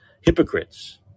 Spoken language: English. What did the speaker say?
hypocrites